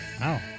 Wow